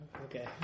Okay